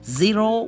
zero